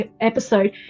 episode